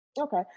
Okay